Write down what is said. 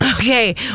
Okay